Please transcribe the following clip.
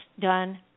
done